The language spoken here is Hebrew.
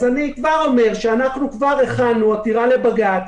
אני כבר אומר שכבר הכנו עתירה לבג"ץ.